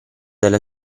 della